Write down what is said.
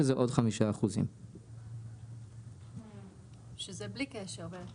שזה עוד 5%. שזה בלי קשר?